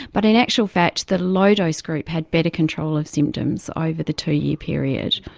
but in actual fact the low dose group had better control of symptoms over the two-year period.